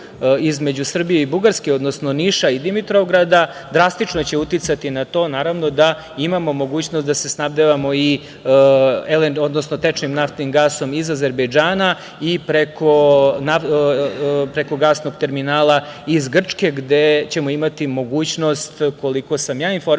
između Srbije i Bugarske, odnosno Niša i Dimitrovgrada, drastično će uticati na to, naravno, da imamo mogućnost da se snabdevamo i tečnim naftnim gasom iz Azerbejdžana i preko gasnog terminala iz Grčke, gde ćemo imati mogućnost, koliko sam ja informisan,